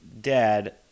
Dad